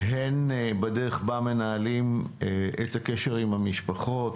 הן בדרך בה מנהלים אתה קשר עם המשפחות,